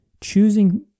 choosing